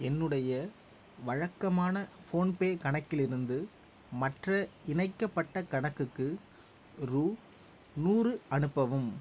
என்னுடைய வழக்கமான ஃபோன்பே கணக்கிலிருந்து மற்ற இணைக்கப்பட்ட கணக்குக்கு ரூ நூறு அனுப்பவும்